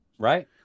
Right